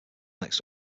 next